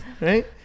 right